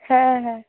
হ্যাঁ হ্যাঁ